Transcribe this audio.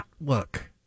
look